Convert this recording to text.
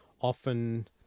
often